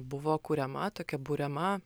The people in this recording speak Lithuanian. buvo kuriama tokia buriama